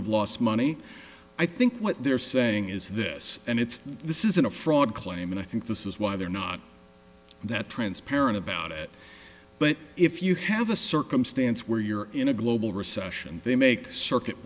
of lost money i think what they're saying is this and it's this isn't a fraud claim and i think this is why they're not that transparent about it but if you have a circumstance where you're in a global recession they make circuit